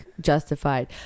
justified